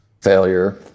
failure